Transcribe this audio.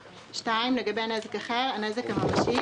(2) לגבי נזק אחר הנזק הממשי,